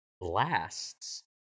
lasts